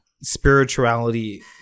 Spirituality